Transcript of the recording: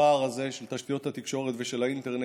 הפער הזה של תשתיות התקשורת ושל האינטרנט,